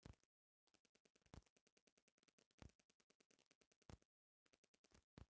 सामान के ऊपर अधिकार पावे खातिर ग्राहक पूरा पइसा चुकावेलन